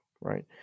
Right